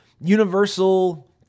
Universal